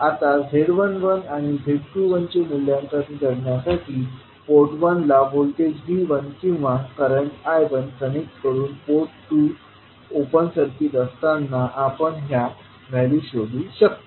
आता z11 आणि z21चे मूल्यांकन करण्यासाठी पोर्ट 1 ला व्होल्टेज V1किंवा करंट I1 कनेक्ट करून पोर्ट 2 ओपन सर्किट असताना आपण ह्या व्हॅल्यू शोधू शकतो